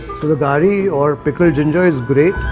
sort of gari or pickled ginger is great.